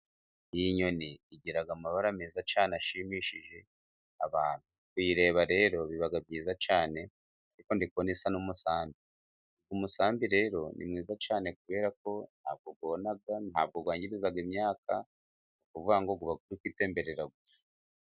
Iyi nyoni igira amabara meza cyane ashimishije abantu, kuyireba rero biba byiza cyane, kuko ndi kubona isa n'umusambi. Umusambi rero ni mwiza cyane kubera ko ntabwo wona, ntabwo wangiza imyaka, ni ukuvuga ngo uba uri kwitemberera gusa.